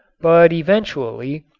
but eventually,